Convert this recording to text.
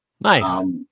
Nice